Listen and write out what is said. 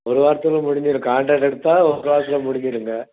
ஒரு வாரத்தில் முடிஞ்சிடும் கான்ட்ராக்ட் எடுத்த ஒரு வாரத்தில் முடிஞ்சிவிடுங்க